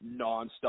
nonstop